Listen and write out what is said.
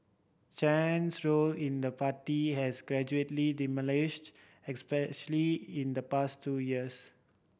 Chen's role in the party has gradually especially in the past two years